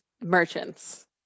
merchants